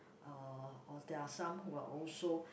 uh or there are some who are also